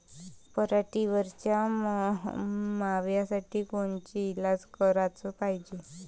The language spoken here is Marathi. पराटीवरच्या माव्यासाठी कोनचे इलाज कराच पायजे?